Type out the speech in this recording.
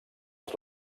els